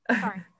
Sorry